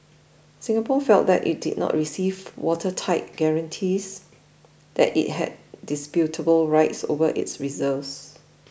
Singapore felt that it did not receive watertight guarantees that it had indisputable rights over its reserves